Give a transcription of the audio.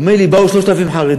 הוא אומר לי: באו 3,000 חרדים,